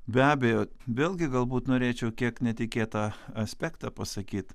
be abejo vėlgi galbūt norėčiau kiek netikėtą aspektą pasakyt